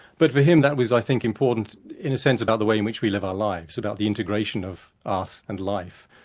but for him that was i think important in a sense, about the way in which we live our lives, about the integration of us and life,